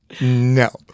No